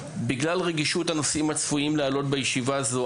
בגלל רגישות הנושאים הצפויים לעלות בישיבה זו,